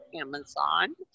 Amazon